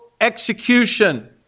execution